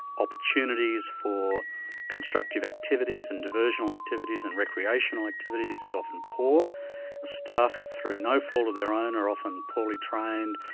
opportunities for constructive activities and diversional activities and recreational activities is often poor. the staff through no fault of their own are often poorly trained,